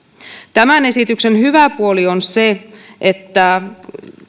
tämän esityksen hyvä puoli on se että